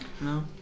No